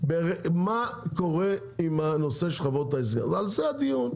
מה קורה עם הנושא של חוות ההסגר ועל זה הדיון,